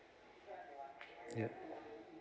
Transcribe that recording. ya